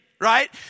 right